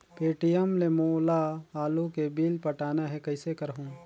Paytm ले मोला आलू के बिल पटाना हे, कइसे करहुँ?